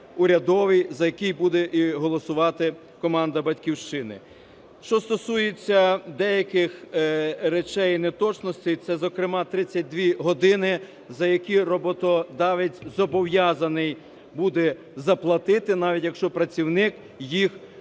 урядовий, за який буде і голосувати команда "Батьківщини". Що стосується деяких речей і неточностей, це, зокрема, 32 години, за які роботодавець зобов'язаний буде заплатити, навіть якщо працівник їх